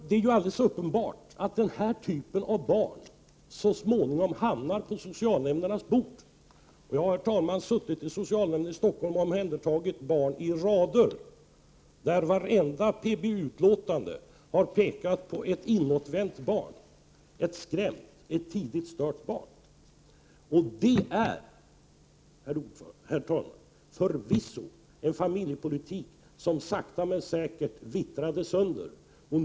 Det är helt uppenbart att denna typ av barn så småningom hamnar hos socialnämnderna. Jag har suttit i socialnämnden i Stockholm och omhändertagit barn i rader, där varenda PBU-utlåtande har pekat på ett inåtvänt, skrämt och tidigt stört barn. Det är förvisso en familjepolitik som sakta men säkert har vittrat sönder.